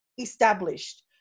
established